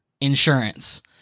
insurance